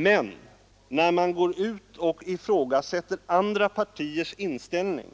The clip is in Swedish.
Men när man går ut och ifrågasätter andra partiers inställning,